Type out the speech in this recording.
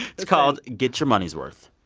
it's called get your money's worth.